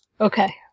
Okay